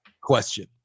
question